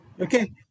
okay